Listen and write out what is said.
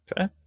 Okay